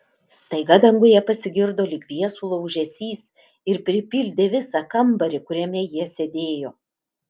staiga danguje pasigirdo lyg viesulo ūžesys ir pripildė visą kambarį kuriame jie sėdėjo